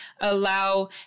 allow